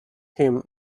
him